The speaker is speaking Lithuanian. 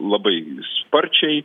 labai sparčiai